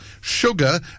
sugar